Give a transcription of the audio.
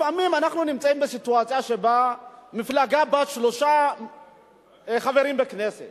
לפעמים אנחנו נמצאים בסיטואציה שבה מפלגה בת שלושה חברים בכנסת